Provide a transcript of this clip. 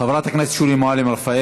חברת הכנסת שולי מועלם-רפאלי.